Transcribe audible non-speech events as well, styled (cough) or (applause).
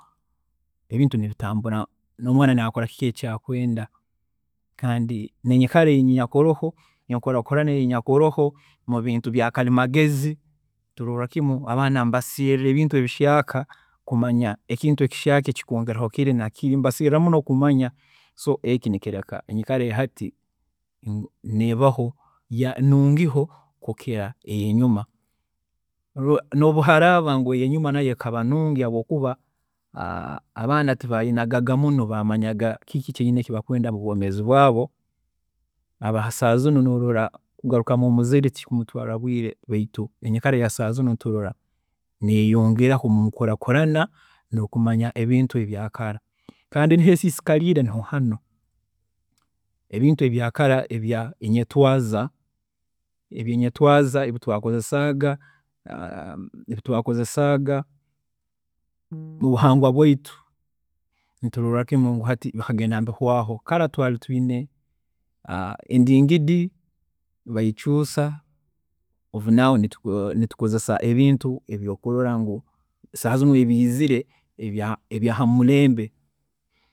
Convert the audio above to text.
﻿Ebintu nibitambura n'omwaana nakora kiki eki akwenda kandi n'enyikara enyakuroho, enkuraakurana enyakuroho mubintu bya karimagezi niturola kimu abaana niba seerra ebintu ebishyaaka kumanaya ekintu ekishyaaka ekikwiihaho kiri nakiri nibaseerra muno kumanya so eki nikyeereka ngu enyikara eyahati nebaho nungi ho kukira ey'enyuma nobu nobu haraaba ngu n'eyenyuma nayo ekaba nungi habwookuba abaanaa (hesitation) tibaabaga muno, baamanyaga kiki ekibakwenda mubwoomeezi bwaabo aba saaha zinu norola kugarukamu omuzaire tikimutwaarira bwiire baitu enyikara eya saaha zinu niturola neyeyongeraho munkuraaakurana nokumanya ebintu eby'akara kandi ahu esiisikariire niho hanu, ebintu ebya kara ebi twakozesaaga ebinyetwaaza ebitwaakozesaaga ebitwaakozesaaga mubuhangwa bwaitu nituloorra kimu nti hati byagenda nibihwaaho, kara tukaba twiine (hesitation) endingidi beikyuusa of now nitukozesa ebintu ebi okurola ngu saaha zinu ebiizire hamurembe